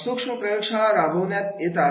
स्वप्न प्रयोग शाळा राबविण्यात येतात